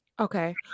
Okay